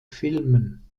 filmen